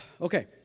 okay